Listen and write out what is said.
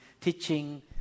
teaching